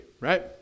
right